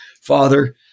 father